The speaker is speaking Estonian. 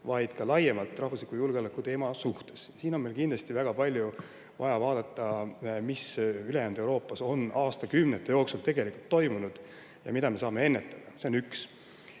vaid ka laiemalt rahvusliku julgeoleku mõttes. Siin on meil kindlasti väga palju vaja teada, mis ülejäänud Euroopas on aastakümnete jooksul tegelikult toimunud ja mida me saame ennetada. See on üks